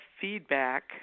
feedback